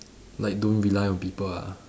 like don't rely on people ah